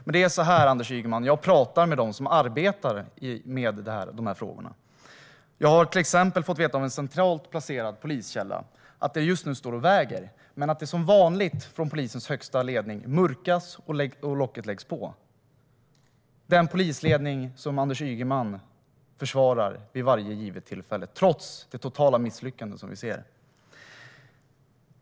Men det är så här, Anders Ygeman: Jag pratar med dem som arbetar med de här frågorna. Jag har till exempel fått veta av en centralt placerad poliskälla att det just nu står och väger men att det som vanligt från polisens högsta ledning mörkas och att locket läggs på. Detta är den polisledning som Anders Ygeman försvarar vid varje givet tillfälle, trots det totala misslyckande som vi ser.